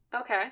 Okay